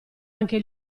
anche